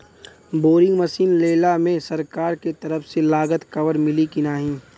Boring machine लेला मे सरकार के तरफ से लागत कवर मिली की नाही?